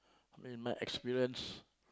in my experience